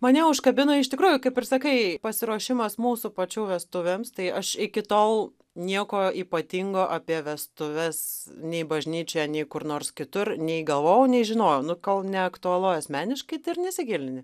mane užkabino iš tikrųjų kaip ir sakai pasiruošimas mūsų pačių vestuvėms tai aš iki tol nieko ypatingo apie vestuves nei bažnyčioje nei kur nors kitur nei galvojau nei žinojau nu kol neaktualu asmeniškai tai ir nesigilini